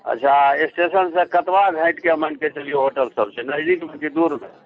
अच्छा स्टेशन सऽ कतबा हटिए मानिके चलियौ होटल सब छै नजदीकमे की दूरमे